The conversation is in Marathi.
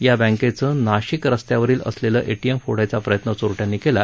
या बँकेचं नाशिक रस्त्यावरील असलेलं एटीएम फोडायचा प्रयत्न चोरट्यानी केला